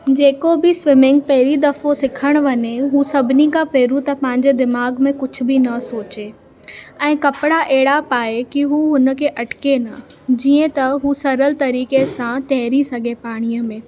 जेको बि स्विमिंग पहिरीं दफ़ो सिखणु वञे हू सभिनी खां पहिरीं त पंहिंजे दिमाग़ में कुझु बि न सोचे ऐं कपिड़ा अहिड़ा पाए की हू हुनखे अटके न जीअं त हू सरल तरीक़े सां तरी सघे पाणीअ में